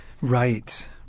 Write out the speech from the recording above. right